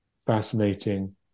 fascinating